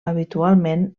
habitualment